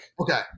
Okay